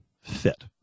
fit